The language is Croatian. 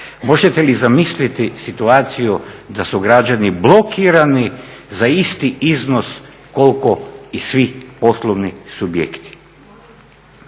Možete li zamisliti situaciju da su građani blokirani za isti iznos koliko i svi poslovni subjekti?